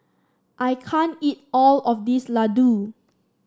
I can't eat all of this laddu